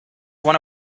one